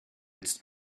its